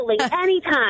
Anytime